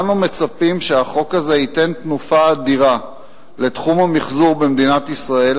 אנו מצפים שהחוק הזה ייתן תנופה אדירה לתחום המיחזור במדינת ישראל.